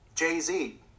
Jay-Z